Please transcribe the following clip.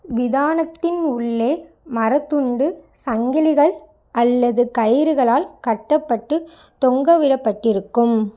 விதானத்தின் உள்ளே மரத்துண்டு சங்கிலிகள் அல்லது கயிறுகளால் கட்டப்பட்டு தொங்கவிடப்பட்டிருக்கும்